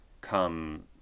come